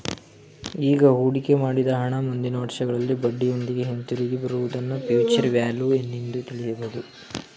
ಈಗ ಹೂಡಿಕೆ ಮಾಡಿದ ಹಣ ಮುಂದಿನ ವರ್ಷಗಳಲ್ಲಿ ಬಡ್ಡಿಯೊಂದಿಗೆ ಹಿಂದಿರುಗಿ ಬರುವುದನ್ನ ಫ್ಯೂಚರ್ ವ್ಯಾಲ್ಯೂ ನಿಂದು ತಿಳಿಯಬಹುದು